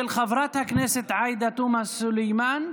של חברת הכנסת עאידה תומא סלימאן,